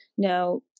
Now